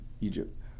Egypt